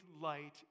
light